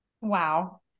Wow